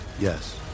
Yes